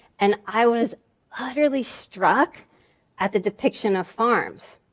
and i was utterly struck at the depiction of farms.